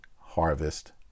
harvest